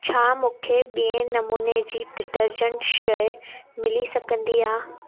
छा मूंखे ॿिए नमूने जी डिटर्जेंट शइ मिली सघंदी आहे